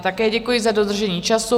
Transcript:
Také děkuji za dodržení času.